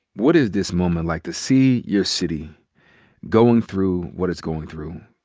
what is this moment like? to see your city going through what it's going through?